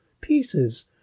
pieces